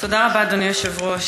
תודה רבה, אדוני היושב-ראש.